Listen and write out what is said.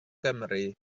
gymru